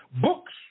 Books